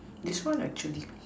this one actually